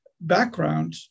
background